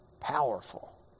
powerful